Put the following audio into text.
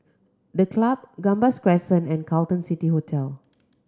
The Club Gambas Crescent and Carlton City Hotel